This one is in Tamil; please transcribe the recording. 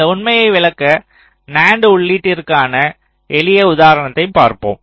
இந்த உண்மையை விளக்க நண்ட் உள்ளீட்டிற்கான எளிய உதாரணத்தைப் பார்ப்போம்